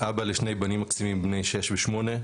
אבא לשני בנים מקסימים בני 6 ו-8.